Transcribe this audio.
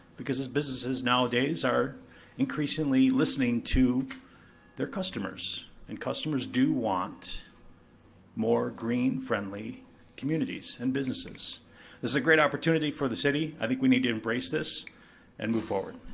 because as businesses nowadays are increasingly listening to their customers, and customers do want more green-friendly communities and businesses. this is a great opportunity for the city, i think we need to embrace this and move forward,